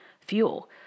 fuel